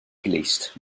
glust